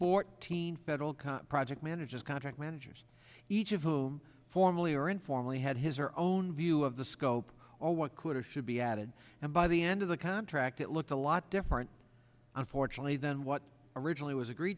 fourteen federal cop project managers contract managers each of whom formally or informally had his her own view of the scope or what could or should be added and by the end of the contract it looked a lot different unfortunately than what originally was agree